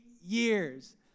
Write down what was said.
years